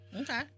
Okay